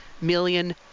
million